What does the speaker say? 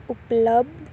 ਉਪਲੱਬਧ